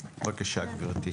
בבקשה, גברתי.